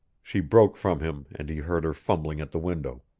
she broke from him and he heard her fumbling at the window.